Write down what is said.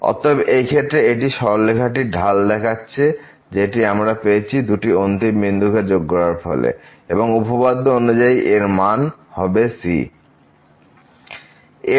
অতএব এই ক্ষেত্রে এটি সরলরেখাটির ঢাল দেখাচ্ছে যেটি আমরা পেয়েছি দুটি অন্তিম বিন্দুকে যোগ করার ফলে এবং উপপাদ্য অনুযায়ী এরমান হবে c'